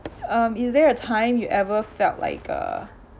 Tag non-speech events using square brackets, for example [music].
um is there a time you ever felt like uh [breath]